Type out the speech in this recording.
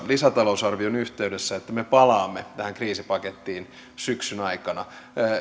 lisätalousarvion yhteydessä että me palaamme tähän kriisipakettiin syksyn aikana